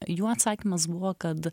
jų atsakymas buvo kad